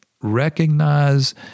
recognize